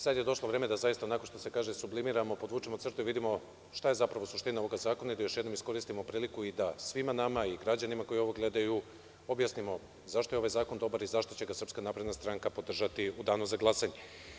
Sada je došlo vreme da zaista, što se kaže, sublimiramo, podvučemo crtu i vidimo šta je zapravo suština ovog zakona i da još jednom iskoristimo priliko da svima nama i građanima koji ovo gledaju objasnimo zašto je ovaj zakon dobar i zašto će ga SNS podržati u danu za glasanje.